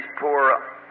poor